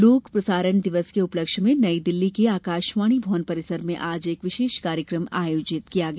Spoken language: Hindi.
लोक प्रसारण दिवस के उपलक्ष्य में नई दिल्ली के आकाशवाणी भवन परिसर में आज एक कार्यक्रम आयोजित किया गया